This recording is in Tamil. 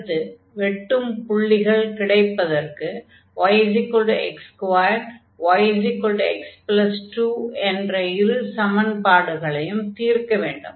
அடுத்து வெட்டும் புள்ளிகள் கிடைப்பதற்கு yx2 yx2 என்ற இரு சமன்பாடுகளையும் தீர்க்க வேண்டும்